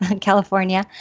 California